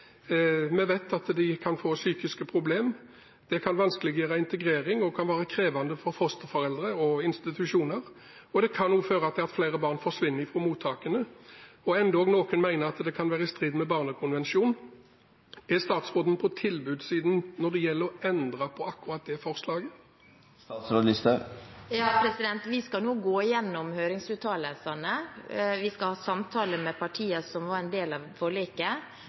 Vi vet at de kan få psykiske problemer. Det kan vanskeliggjøre integrering og kan være krevende for fosterforeldre og institusjoner, og det kan også føre til at flere barn forsvinner fra mottakene. Det er endog noen som mener at det kan være i strid med Barnekonvensjonen. Er statsråden på tilbudssiden når det gjelder å endre på akkurat det forslaget? Vi skal nå gå gjennom høringsuttalelsene, og vi skal ha samtaler med partiene som var en del av forliket,